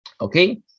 okay